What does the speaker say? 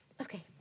Okay